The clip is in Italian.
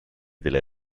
delle